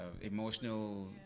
emotional